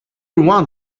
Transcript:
rewind